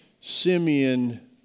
Simeon